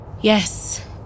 Yes